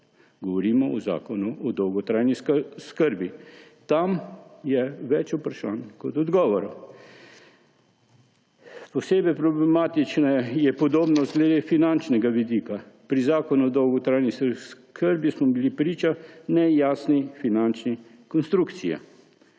Govorimo o Zakonu o dolgotrajni oskrbi. Tam je več vprašanj kot odgovorov. Posebej problematična je podobnost glede finančnega vidika. Pri Zakonu o dolgotrajni oskrbi smo bili priča nejasni finančni konstrukciji,